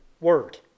word